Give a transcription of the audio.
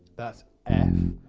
that's f.